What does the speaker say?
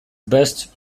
best